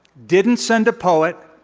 didn't send a poet,